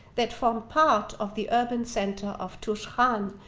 that form part of the urban center of tushhan,